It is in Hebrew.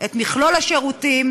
את מכלול השירותים.